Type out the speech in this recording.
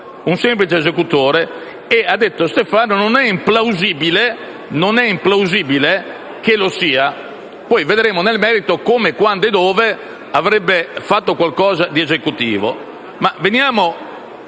il relatore Stefano ha anche detto che non è implausibile che lo sia; poi vedremo, nel merito, come, quando e dove avrebbe fatto qualcosa di esecutivo.